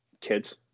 kids